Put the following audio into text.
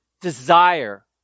desire